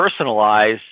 personalize